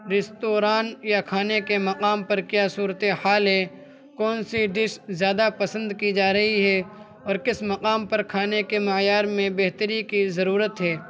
restaurant یا کھانے کے مقام پر کیا صورت حال ہے کون سی ڈش زیادہ پسند کی جا رہی ہے اور کس مقام پر کھانے کے معیار میں بہتری کی ضرورت ہے